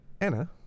Anna